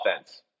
offense